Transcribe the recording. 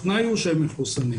התנאי הוא שהם מחוסנים.